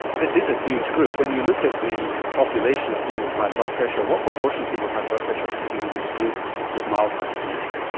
this is a huge group when you look at the population of people with high blood pressure what proportion of people have blood pressure sitting in this group with mild hypertension?